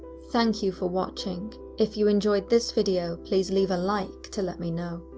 thank you for watching. if you enjoyed this video, please leave a like to let me know,